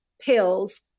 pills